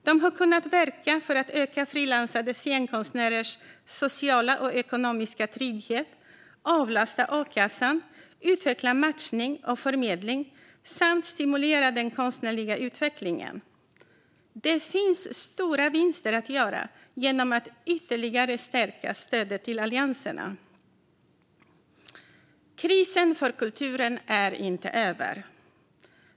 De har kunnat verka för att öka frilansande scenkonstnärers sociala och ekonomiska trygghet, avlasta a-kassan, utveckla matchning och förmedling samt stimulera den konstnärliga utvecklingen. Det finns stora vinster att göra genom att ytterligare stärka stödet till allianserna. Krisen för kulturen är inte över.